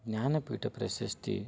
ಜ್ಞಾನಪೀಠ ಪ್ರಶಸ್ತಿ